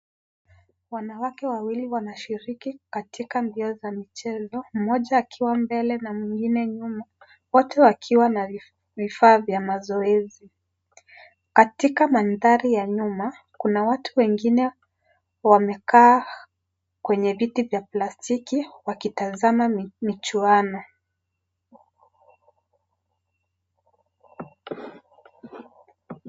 Wanawake wawili wanashiriki katika mbio za michezo, mmoja akiwa mbele na mwingine nyuma, wote wakiwa na vifaa vya mazoezi, katika mandhari ya nyuma kuna watu wengine wamekaa kwenye viti vya plastiki wakitazama michuano.